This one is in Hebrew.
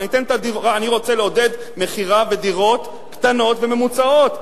אני רוצה לעודד מכירה בדירות קטנות וממוצעות.